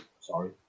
sorry